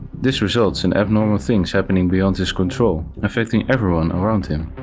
this results in abnormal things happening beyond his control, affecting everyone around him.